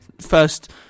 First